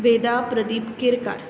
Veda Pradeep Kerkar